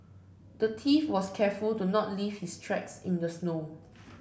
the thief was careful to not leave his tracks in the snow